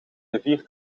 rivier